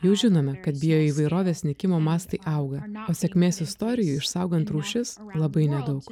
jau žinome kad bioįvairovės nykimo mastai auga o sėkmės istorija išsaugant rūšis labai nedaug